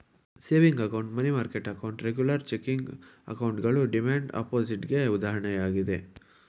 saving account, money market account, regular checking ಅಕೌಂಟ್ಗಳು demand deposit ಗೆ ಉದಾಹರಣೆಯಾಗಿದೆ